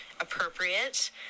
appropriate